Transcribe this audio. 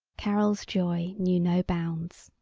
carol's joy knew no bounds.